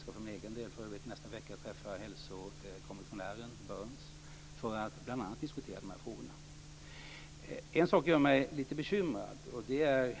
För övrigt ska jag för egen del i nästa vecka träffa hälsokommissionären Byrne för att bl.a. diskutera de här frågorna. En sak gör mig lite bekymrad. Det gäller